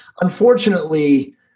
unfortunately